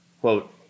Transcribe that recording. quote